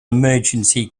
emergency